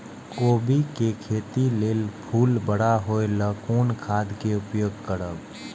कोबी के खेती लेल फुल बड़ा होय ल कोन खाद के उपयोग करब?